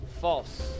false